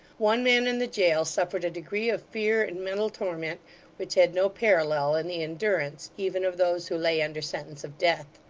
one man in the jail suffered a degree of fear and mental torment which had no parallel in the endurance, even of those who lay under sentence of death.